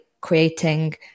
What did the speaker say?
creating